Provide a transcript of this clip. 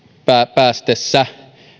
päästessä